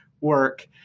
work